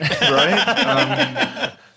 right